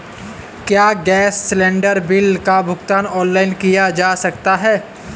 क्या gas cylinder bill का भुगतान ऑनलाइन किया जा सकता है?